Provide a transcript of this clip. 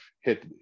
hit